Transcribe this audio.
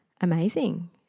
amazing